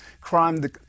crime